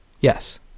Yes